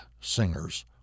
singers